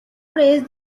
praised